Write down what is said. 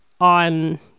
on